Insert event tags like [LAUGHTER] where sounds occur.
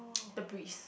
[NOISE] the breeze